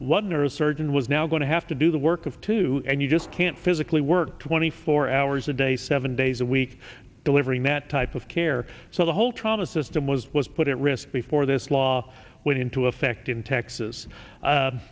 nerve surgeon was now going to have to do the work of two and you just can't physically work twenty four hours a day seven days a week delivering that type of care so the whole trauma system was was put at risk before this law went into effect in texas